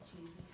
Jesus